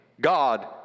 god